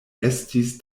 estis